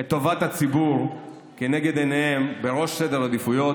את טובת הציבור לנגד עיניהם, בראש סדר העדיפויות: